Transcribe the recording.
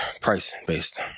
price-based